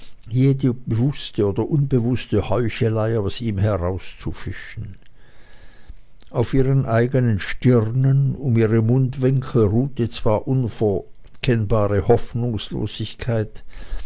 jede unbewußte oder bewußte heuchelei aus ihm herauszufischen auf ihren eigenen stirnen um ihre mundwinkel ruhte zwar unverkennbare hoffnungslosigkeit